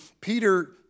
Peter